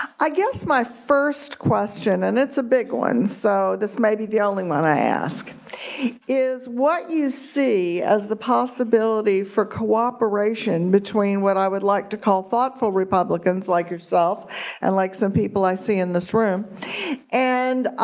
i guess my first question and it's a big one so this may be the only one i ask is what you see as the possibility for cooperation between what i would like to call thoughtful republicans like yourself and like some people i see in this room and